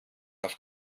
auf